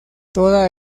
toda